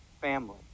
Family